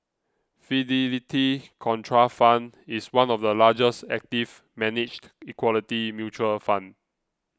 Fidelity Contrafund is one of the largest active managed equity mutual fund